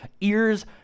ears